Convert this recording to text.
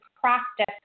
practice